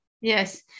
Yes